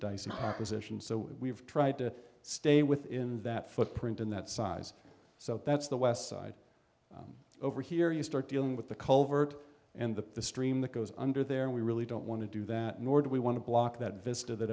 proposition so we've tried to stay within that footprint in that size so that's the west side over here you start dealing with the culvert and the stream that goes under there and we really don't want to do that nor do we want to block that vista that